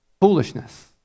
foolishness